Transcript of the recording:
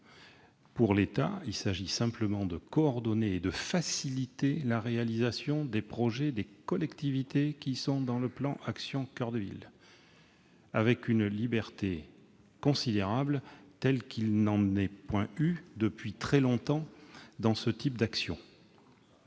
Pour l'État, il s'agit simplement de coordonner et de faciliter la réalisation des projets des collectivités contenus dans le plan « Action coeur de ville », avec une liberté considérable telle que nous n'en avons point connue depuis très longtemps dans ce type d'action.